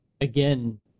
again